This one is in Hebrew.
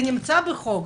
זה נמצא בחוק.